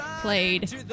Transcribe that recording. played